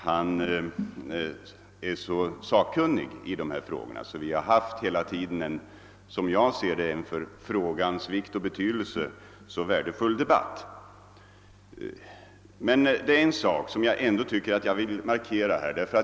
Han är mycket kunnig och har hela tiden, som jag ser det, fört en för dessa frågors lösning värdefull debatt. En sak tycker jag ändå att jag vill markera.